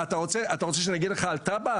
אתה רוצה שאני אגיד לך על תב"ע?